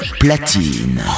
platine